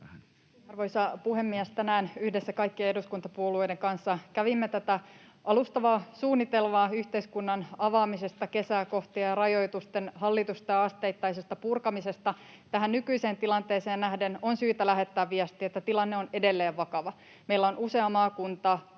Arvoisa puhemies! Tänään yhdessä kaikkien eduskuntapuolueiden kanssa kävimme läpi alustavaa suunnitelmaa yhteiskunnan avaamisesta kesää kohti ja rajoitusten hallitusta ja asteittaisesta purkamisesta. Tähän nykyiseen tilanteeseen nähden on syytä lähettää viesti, että tilanne on edelleen vakava. Meillä on usea maakunta